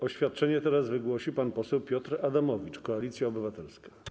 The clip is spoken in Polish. Oświadczenie teraz wygłosi pan poseł Piotr Adamowicz, Koalicja Obywatelska.